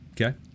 okay